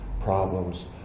problems